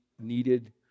needed